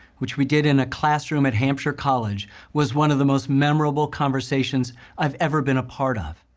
which we did in a classroom at hampshire college was one of the most memorable conversations i've ever been a part of.